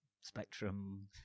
Spectrum